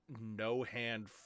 no-hand-